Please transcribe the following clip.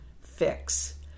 fix